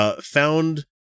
found